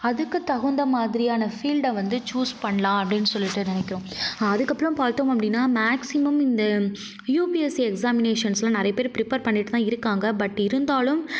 அதுக்கு தகுந்த மாதிரியான ஃபீல்டை வந்து சூஸ் பண்ணலாம் அப்படின்னு சொல்லிவிட்டு நினைக்கிறோம் அதுக்கப்புறம் பார்த்தோம் அப்படினா மேக்ஸிமம் இந்த யுபிஎஸ்சி எக்ஸாமினேஷன்ஸ்யெலாம் நிறைய பேர் ப்ரிப்பர் பண்ணிவிட்டுதான் இருக்காங்க பட் இருந்தாலும்